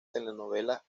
telenovela